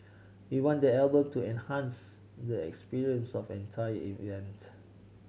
we want the album to enhance the experience of entire event